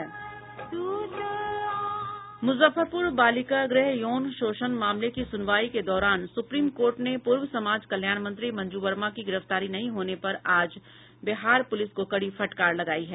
मुजफ्फरपुर बालिका गृह यौन शोषण मामले की सुनवाई के दौरान सुप्रीम कोर्ट ने पूर्व समाज कल्याण मंत्री मंजू वर्मा की गिरफ्तारी नहीं होने पर आज बिहार प्रलिस को कड़ी फटकार लगायी है